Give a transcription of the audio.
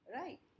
Right